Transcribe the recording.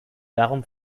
darum